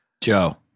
Joe